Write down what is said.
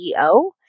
CEO